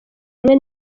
hamwe